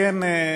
כן,